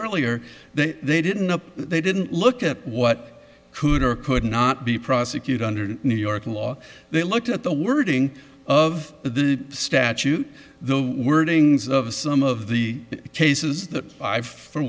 earlier they they didn't they didn't look at what could or could not be prosecuted under the new york law they looked at the wording of the statute the wordings of some of the cases the five for